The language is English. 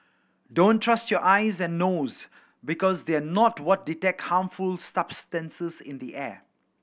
don't trust your eyes and nose because they are not what detect harmful substances in the air